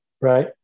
Right